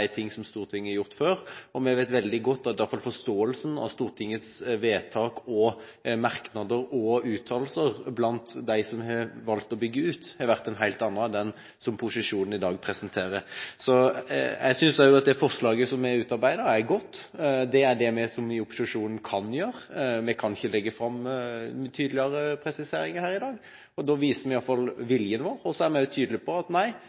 Stortinget har gjort før. Vi vet veldig godt at iallfall forståelsen av Stortingets vedtak, merknader og uttalelser blant dem som har valgt å bygge ut, har vært en helt annen enn den posisjonen i dag presenterer. Jeg synes også at det forslaget vi har utarbeidet, er godt. Det er det vi som er i opposisjonen, kan gjøre. Vi kan ikke legge fram tydeligere presiseringer her i dag. Vi viser iallfall viljen vår, og vi er også tydelige på at nei,